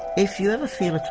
if you ever feel